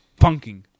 punking